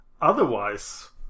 otherwise